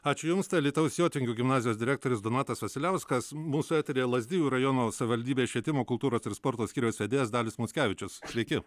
ačiū jums tai alytaus jotvingių gimnazijos direktorius donatas vasiliauskas mūsų eteryje lazdijų rajono savivaldybės švietimo kultūros ir sporto skyriaus vedėjas dalius mockevičius sveiki